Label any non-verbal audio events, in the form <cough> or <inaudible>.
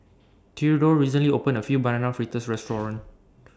Theadore recently opened A few Banana Fritters Restaurant <noise>